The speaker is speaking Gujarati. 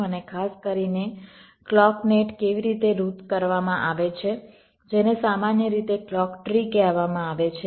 અને ખાસ કરીને ક્લૉક નેટ કેવી રીતે રૂટ કરવામાં આવે છે જેને સામાન્ય રીતે ક્લૉક ટ્રી કહેવામાં આવે છે